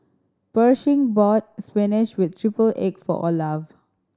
Pershing bought spinach with triple egg for Olaf